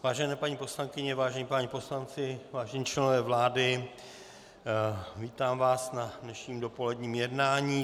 Vážené paní poslankyně, vážení páni poslanci, vážení členové vlády, vítám vás na dnešním dopoledním jednání.